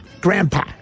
Grandpa